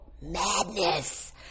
madness